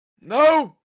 No